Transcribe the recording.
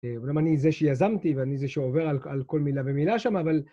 ‫אמנם אני זה שיזמתי ואני זה ‫שעובר על כל מילה ומילה שם, אבל...